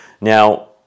Now